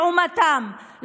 לעומתם,